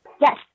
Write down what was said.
Yes